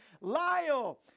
Lyle